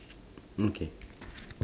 okay